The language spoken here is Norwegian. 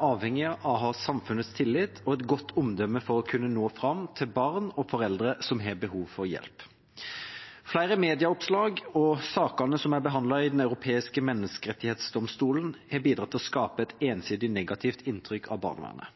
avhengig av å ha samfunnets tillit og et godt omdømme for å kunne nå fram til barn og foreldre som har behov for hjelp. Flere medieoppslag og sakene som er behandlet i Den europeiske menneskerettsdomstolen, har bidratt til å skape et ensidig negativt inntrykk av barnevernet.